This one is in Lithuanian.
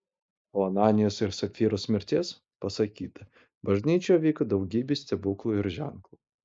po ananijos ir sapfyros mirties pasakyta bažnyčioje vyko daugybė stebuklų ir ženklų